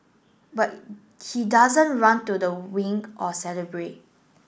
but he doesn't run to the wing or celebrate